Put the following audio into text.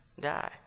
die